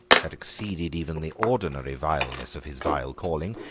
had exceeded even the ordinary vileness of his vile calling,